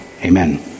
Amen